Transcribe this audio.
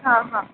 ହଁ ହଁ